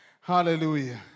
Hallelujah